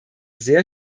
sehr